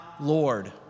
Lord